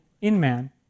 Inman